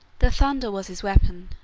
the thunder was his weapon,